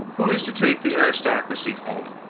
who is to take the aristocracy home?